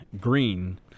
Green